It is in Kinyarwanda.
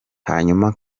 hanyuma